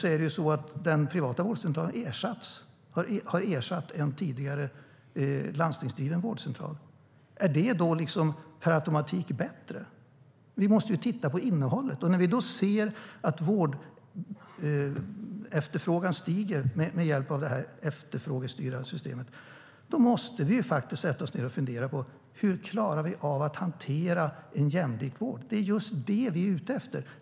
På flera orter har den privata vårdcentralen ersatt en tidigare landstingsdriven vårdcentral. Är det per automatik bättre? Ni måste ju titta på innehållet. När vi ser att vårdefterfrågan stiger till följd av det efterfrågestyrda systemet måste vi sätta oss ned och fundera på hur vi ska klara av att hantera en jämlik vård. Det är just det vi är ute efter.